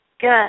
Good